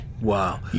Wow